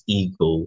ego